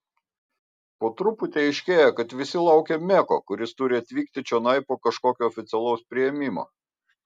po truputį aiškėja kad visi laukia meko kuris turi atvykti čionai po kažkokio oficialaus priėmimo